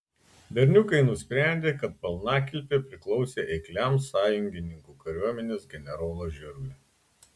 berniukai nusprendė kad balnakilpė priklausė eikliam sąjungininkų kariuomenės generolo žirgui